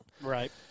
Right